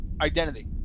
identity